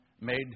made